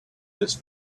this